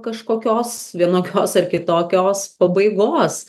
kažkokios vienokios ar kitokios pabaigos